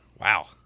Wow